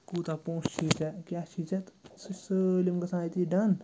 کوٗتاہ پونٛسہٕ چھی ژےٚ کیٛاہ چھی ژےٚ تہٕ سُہ چھِ سٲلِم گژھان أتی ڈَن